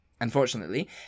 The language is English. Unfortunately